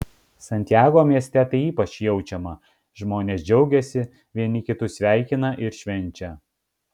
santiago mieste tai ypač jaučiama žmonės džiaugiasi vieni kitus sveikina ir švenčia